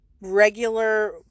regular